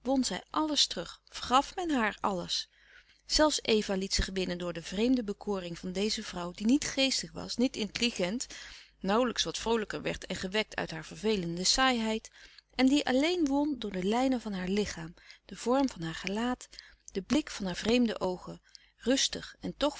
alles terug vergaf men haar alles zelfs eva liet zich winnen door de vreemde bekoring van deze vrouw die niet geestig was niet intelligent nauwlijks wat vroolijker werd en gewekt uit haar vervelende saaiheid en die alleen won door de lijnen van haar lichaam de vorm van haar gelaat den blik van haar vreemde oogen rustig en toch